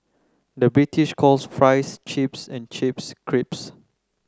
the British calls fries chips and chips